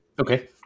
Okay